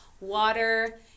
water